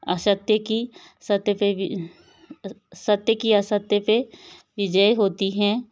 असत्य की सत्य पे सत्य की असत्य पे विजय होती है